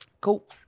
cool